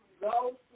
go